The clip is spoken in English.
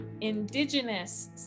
indigenous